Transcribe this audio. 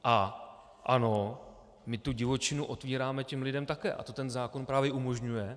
A ano, my tu divočinu otevíráme těm lidem také a to ten zákon právě umožňuje.